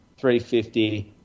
350